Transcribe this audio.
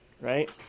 right